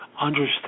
understand